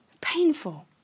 painful